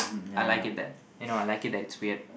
I like it that you know I like it that it's weird